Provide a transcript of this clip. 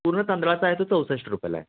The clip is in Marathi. पूर्ण तांदळाचा आहे तो चौसष्ट रुपयला आहे